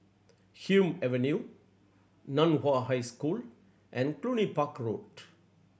Hume Avenue Nan Hua High School and Cluny Park Road